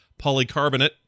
polycarbonate